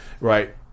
right